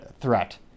threat